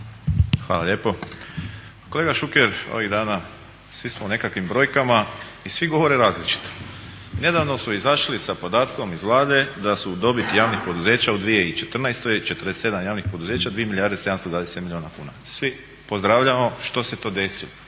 Hvala lijepo. Kolega Šuker ovih dana svi smo u nekakvim brojkama i svi govore različito. Nedavno su izašli sa podatkom iz Vlade da su dobiti javnih poduzeća u 2014. 47 javnih poduzeća 2 milijarde i 720 milijuna kuna. Svi pozdravljamo što se to desilo.